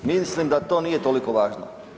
Mislim da to nije toliko važno.